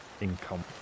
income